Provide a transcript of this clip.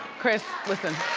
kris, listen,